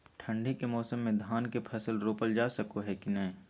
ठंडी के मौसम में धान के फसल रोपल जा सको है कि नय?